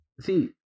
see